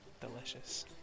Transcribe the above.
Delicious